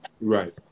right